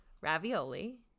Ravioli